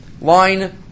line